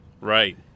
Right